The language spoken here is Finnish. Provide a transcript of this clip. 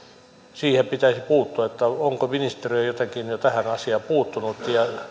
siihen pitäisi puuttua onko ministeriö jotenkin jo jo tähän asiaan puuttunut